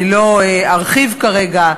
אני לא ארחיב כרגע,